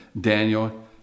Daniel